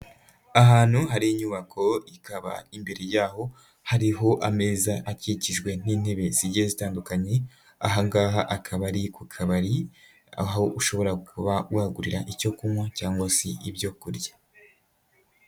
Ahantu hari inyubako ikaba imbere yaho hariho ameza akikijwe n'intebe zigiye zitandukanye, ahangaha hakaba ari ku kabari aho ushobora kuba wagurira icyo kunywa cyangwa se ibyo kurya.